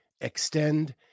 Extend